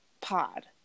pod